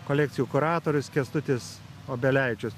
kolekcijų kuratorius kęstutis obelevičius